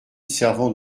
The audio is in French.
servant